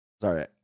sorry